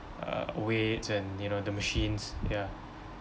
uh weights and you know the machines ya